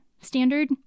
standard